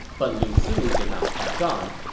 but lu su did not catch on.